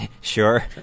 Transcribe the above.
Sure